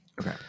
Okay